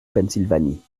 pennsylvanie